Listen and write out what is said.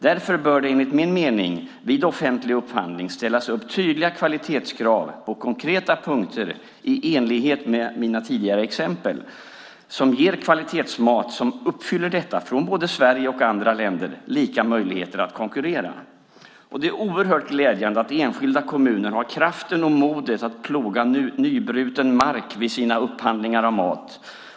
Därför bör det, enligt min mening, vid offentlig upphandling ställas tydliga kvalitetskrav på konkreta punkter, i enlighet med mina tidigare exempel, som ger kvalitetsmat som uppfyller dessa krav från både Sverige och andra länder och lika möjligheter att konkurrera. Det är oerhört glädjande att enskilda kommuner har kraften och modet att ploga nybruten mark vid sina upphandlingar av mat.